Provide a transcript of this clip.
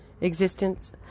existence